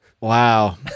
Wow